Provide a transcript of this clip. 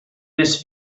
més